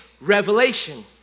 revelation